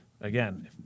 Again